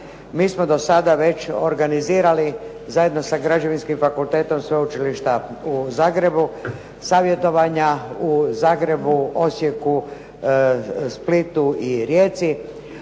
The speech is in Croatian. Mi smo do sada već organizirali zajedno sa Građevinskim fakultetom Sveučilišta u Zagrebu savjetovanja u Zagrebu, Osijeku, Splitu i Rijeci.